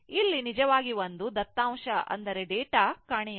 ಇಲ್ಲಿ ನಿಜವಾಗಿ ಒಂದು ದತ್ತಾಂಶ ಕಾಣೆಯಾಗಿದೆ